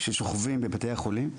ששוכבות בבתי החולים,